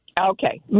Okay